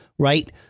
Right